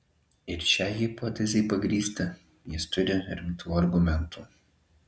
ir šiai hipotezei pagrįsti jis turi rimtų argumentų